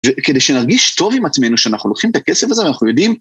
וכדי שנרגיש טוב עם עצמנו שאנחנו לוקחים את הכסף הזה ואנחנו יודעים.